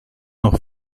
noch